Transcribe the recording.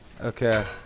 Okay